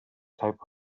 type